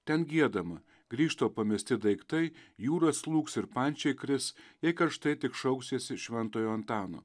ten giedama grįš tau pamesti daiktai jūra slūgs ir pančiai kris jei karštai tik šauksiesi šventojo antano